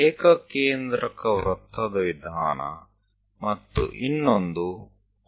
એક સમ કેન્દ્રિય વર્તુળ પદ્ધતિ અને બીજી લંબચોરસ પદ્ધતિ